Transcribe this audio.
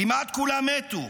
כמעט כולם מתו,